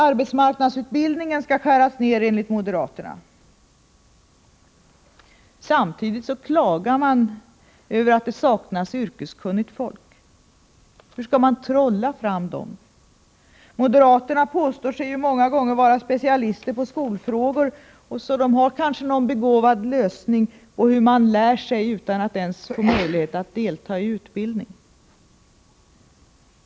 Arbetsmarknadsutbildningen skall skäras ned, enligt moderaterna. Samtidigt klagar man över att det saknas yrkeskunnigt folk. Hur skall man trolla fram dem? Moderater anser sig ju vara specialister på skolfrågor, så de har kanske någon begåvad lösning på hur man lär sig utan att ens få möjlighet att delta i utbildning.